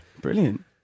Brilliant